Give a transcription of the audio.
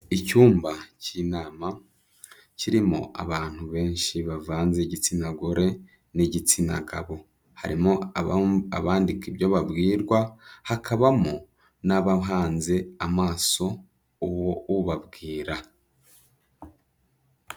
Icyumba cy'inama kirimo abantu benshi bavanze igitsina gore n'igitsina gabo. Harimo abandika ibyo babwirwa, hakabamo n'abahanze amaso uwo ubabwira.